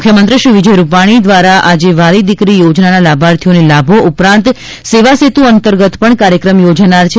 મુખ્યમંત્રી શ્રી રૂપાણી દ્વારા આજે વ્હાલી દિકરી યોજનાના લાભાર્થીઓને લાભો ઉપરાંત સેવાસેતુ અંતર્ગત પણ કાર્યક્રમ યોજાનાર છે